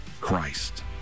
Christ